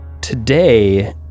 Today